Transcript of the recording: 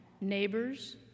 neighbors